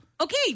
Okay